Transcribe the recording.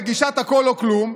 בגישת הכול או כלום,